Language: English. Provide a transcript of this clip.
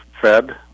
fed